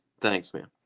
thanks, man,